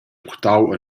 purtau